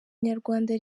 nyarwanda